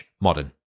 modern